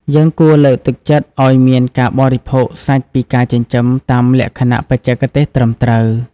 យើងគួរលើកទឹកចិត្តឱ្យមានការបរិភោគសាច់ពីការចិញ្ចឹមតាមលក្ខណៈបច្ចេកទេសត្រឹមត្រូវ។